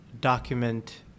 document